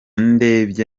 ndebye